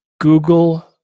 Google